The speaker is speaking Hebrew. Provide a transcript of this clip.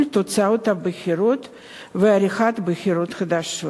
תוצאות הבחירות ועריכת בחירות חדשות.